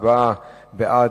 הצבעה בעד,